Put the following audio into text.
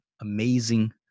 amazing